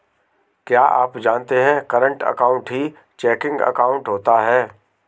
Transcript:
क्या आप जानते है करंट अकाउंट ही चेकिंग अकाउंट होता है